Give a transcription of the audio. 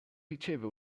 riceve